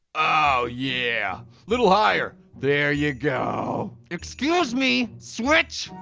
oh, yeah, a little higher. there you go. excuse me, switch?